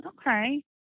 Okay